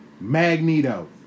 Magneto